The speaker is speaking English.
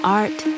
art